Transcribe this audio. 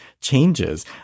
changes